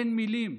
אין מילים.